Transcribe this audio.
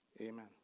amen